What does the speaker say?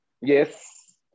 Yes